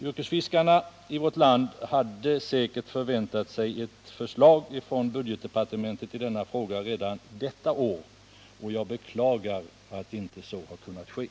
Yrkesfiskarna i vårt land hade säkert förväntat sig ett förslag från budgetdepartementet i denna fråga redan detta år, och jag beklagar att så inte blir fallet.